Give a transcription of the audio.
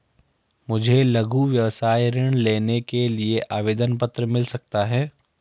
मुझे लघु व्यवसाय ऋण लेने के लिए आवेदन पत्र मिल सकता है?